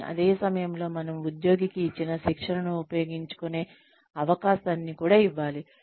కానీ అదే సమయంలో మనము ఉద్యోగికి ఇచ్చిన శిక్షణను ఉపయోగించుకునే అవకాశాన్ని ఇవ్వాలి